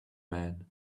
man